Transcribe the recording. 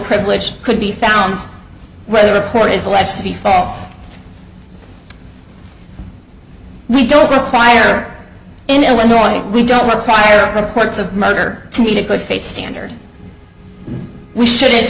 privilege could be found where the report is alleged to be false we don't require in illinois we don't require reports of murder to meet a good faith standard we shouldn't